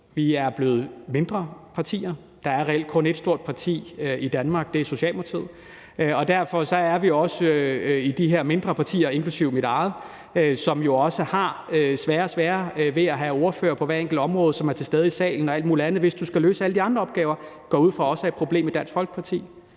Vi er blevet mindre partier. Der er reelt kun ét stort parti i Danmark. Det er Socialdemokratiet. Og derfor har vi også i de her mindre partier, inklusive mit eget, sværere og sværere ved at have ordførere, der er til stede i salen på hvert enkelt område, hvis de også skal løse alle de andre opgaver. Det går jeg ud fra også er et problem eller